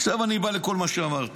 עכשיו אני מגיע לכל מה שאמרת.